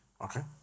Okay